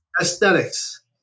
Aesthetics